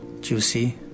juicy